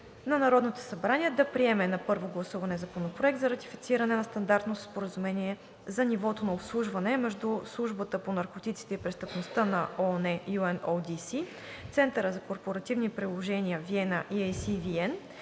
на Народното събрание да приеме на първо гласуване Законопроект за ратифициране на Стандартното споразумение за нивото на обслужване между Службата по наркотиците и престъпността на ООН (UNODC), Центъра за корпоративни приложения – Виена (EAC-VN),